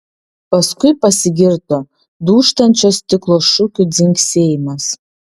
paskui pasigirdo dūžtančio stiklo šukių dzingsėjimas